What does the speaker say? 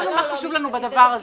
אמרנו מה חשוב לנו בדבר הזה.